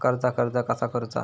कर्जाक अर्ज कसा करुचा?